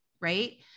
Right